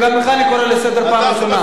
גם לך אני קורא לסדר פעם ראשונה.